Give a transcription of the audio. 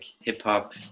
hip-hop